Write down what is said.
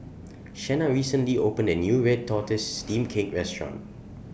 Shena recently opened A New Red Tortoise Steamed Cake Restaurant